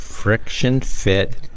Friction-fit